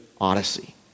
odyssey